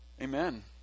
Amen